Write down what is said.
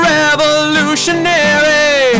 revolutionary